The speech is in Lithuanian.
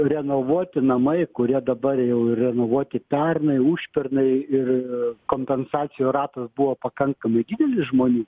renovuoti namai kurie dabar jau renovuoti pernai užpernai ir kompensacijų ratas buvo pakankamai didelis žmonių